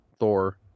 thor